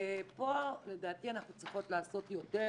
ופה לדעתי אנחנו צריכות לעשות יותר